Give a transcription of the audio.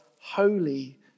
holy